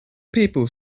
people